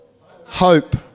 hope